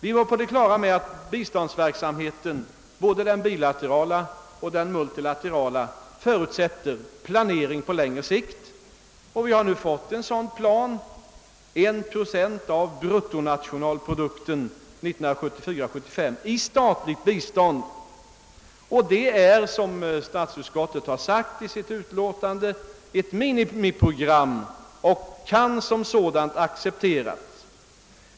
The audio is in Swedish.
Vi var på det klara med att biståndsverksamheten — både den bilaterala och den multilaterala — förutsätter planering på längre sikt, och vi har nu fått en sådan plan: 1 procent av bruttonationalprodukten 1974/75 i statligt bistånd. Detta är, som statsutskottet uttalat i sitt utlåtande, ett minimiprogram och kan som sådant accepteras.